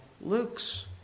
Luke's